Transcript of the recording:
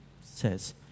says